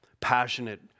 passionate